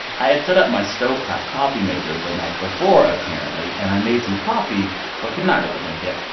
i had set up my stovetop coffee maker the night before, apparently. and i made some coffee but could not really drink it.